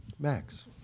Max